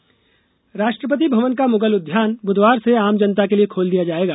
मुगल उद्यान राष्ट्रपति भवन का मुगल उद्यान बुधवार से आम जनता के लिए खोल दिया जायेगा